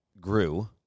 grew